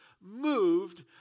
moved